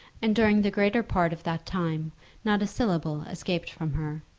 and during the greater part of that time not a syllable escaped from her.